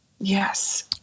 Yes